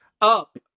up